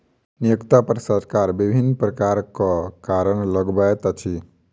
नियोक्ता पर सरकार विभिन्न प्रकारक कर लगबैत अछि